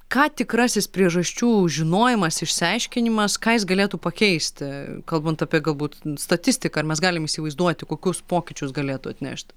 ką tikrasis priežasčių žinojimas išsiaiškinimas ką jis galėtų pakeisti kalbant apie galbūt statistiką ar mes galim įsivaizduoti kokius pokyčius galėtų atnešt